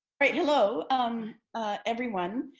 hello um everyone.